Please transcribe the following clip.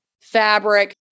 fabric